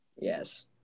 Yes